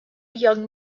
young